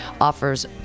offers